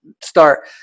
start